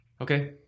okay